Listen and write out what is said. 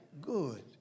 Good